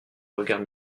regard